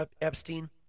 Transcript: Epstein